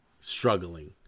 struggling